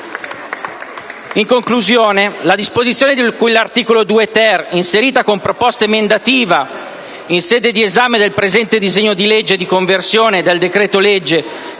in conclusione la disposizione di cui all'articolo 2-*ter*, inserita con proposta emendativa in sede di esame del presente disegno di legge di conversione del decreto-legge